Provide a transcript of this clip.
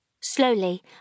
Slowly